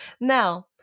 now